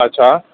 अच्छा